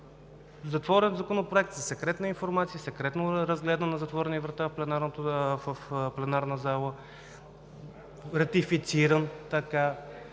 затворен Законопроект със секретна информация, секретно е разгледан на затворени врата в пленарната зала, ратифициран така,